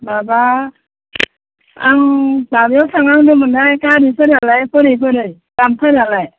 माबा आं माबायाव थांनांगौमौनहाय गारिफोरालाय बोरै बोरै दामफोरालाय